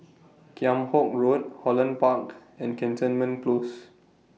Kheam Hock Road Holland Park and Cantonment Close